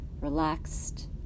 relaxed